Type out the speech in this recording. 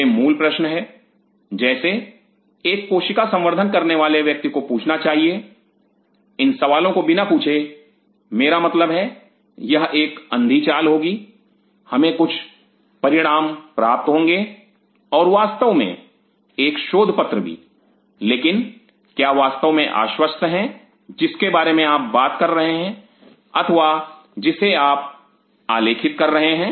यह मूल प्रश्न है जैसे एक कोशिका संवर्धन करने वाले व्यक्ति को पूछना चाहिए इन सवालों को बिना पूछे मेरा मतलब है यह एक अंधी चाल होगी Refer Time 2444 हमें कुछ परिणाम प्राप्त होंगे और वास्तव में एक शोधपत्र भी लेकिन क्या वास्तव में आश्वस्त हैं जिसके बारे में आप बात कर रहे हैं अथवा जिसे आप आलेखित कर रहे हैं